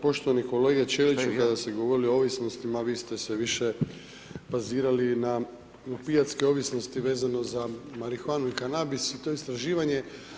Poštovani kolega Ćeliću kada ste govorili o ovisnostima vi ste se više bazirali na opijatske ovisnosti vezano za marihuanu i kanabis i to istraživanje.